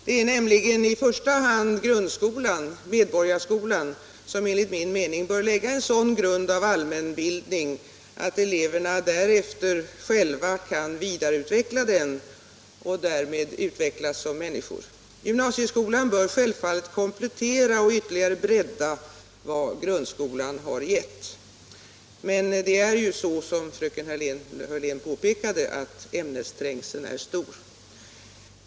Det är nämligen enligt min mening i första hand grundskolan, medborgarskolan, som bör lägga en sådan grund av allmänbildning att eleverna därefter själva kan vidareutveckla den och därmed utvecklas som människor. Gymnasieskolan bör självfallet komplettera och ytterligare bredda vad grundskolan har givit. Men, som fröken Hörlén påpekade, ämnesträngseln är stor.